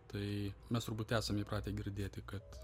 tai mes turbūt esame įpratę girdėti kad